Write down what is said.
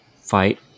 fight